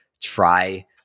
try